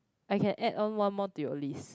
I can add on one more to your list